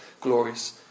glorious